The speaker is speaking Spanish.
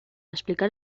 explicar